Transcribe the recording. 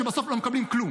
שבסוף לא מקבלים כלום.